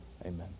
amen